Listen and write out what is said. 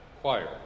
choir